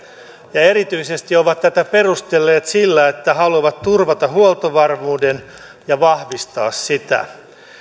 ja erityisesti tätä perustellut sillä että he haluavat turvata huoltovarmuuden ja vahvistaa sitä